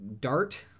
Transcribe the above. Dart